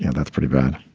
yeah that's pretty bad.